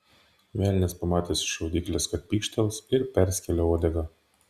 velnias pamatęs iš šaudyklės kad pykštels ir perskėlė uodegą